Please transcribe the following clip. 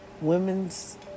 Women's